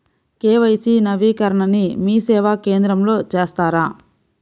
KYC నవీకరణని మీసేవా కేంద్రం లో చేస్తారా?